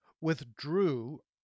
withdrew